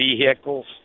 vehicles